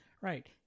right